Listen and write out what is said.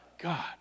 God